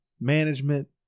management